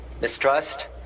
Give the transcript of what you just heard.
mistrust